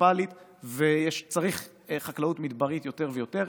גלובלית וצריך חקלאות מדברית יותר ויותר.